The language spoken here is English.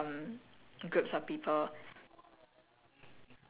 I there's a lot of things I do that like to exclusive